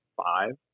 five